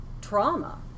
trauma